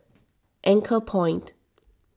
anchorpoint